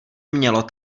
mělo